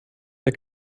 der